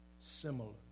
similar